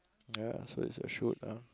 ya so is a shoot ah